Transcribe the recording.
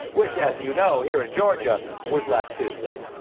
which, as you know, here in georgia, was last tuesday.